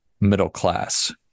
middle-class